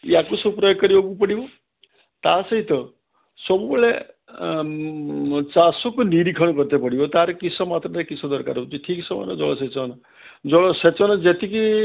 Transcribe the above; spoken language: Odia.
ୟାକୁ ସବୁ ପ୍ରୟୋଗ କରିବାକୁ ପଡ଼ିବ ତା ସହିତ ସବୁବେଳେ ଚାଷକୁ ନିରୀକ୍ଷଣ କରିତେ ପଡ଼ିବ ତାର କି ସମୟରେ କିସ ଦରକାର ହେଉଛି ଠିକ୍ ସମୟରେ ଜଳସେଚନ ଜଳସେଚନ ଯେତିକି